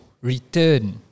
return